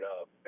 up